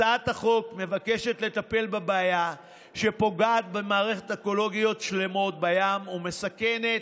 הצעת החוק מבקשת לטפל בבעיה שפוגעת במערכות אקולוגיות שלמות בים ומסכנת,